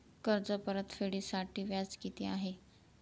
कर्ज परतफेडीसाठी व्याज किती आहे?